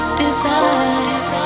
desires